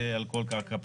ועל כל קרקע פרטית.